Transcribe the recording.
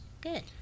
Good